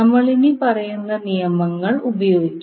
നമ്മൾ ഇനിപ്പറയുന്ന നിയമങ്ങൾ ഉപയോഗിക്കും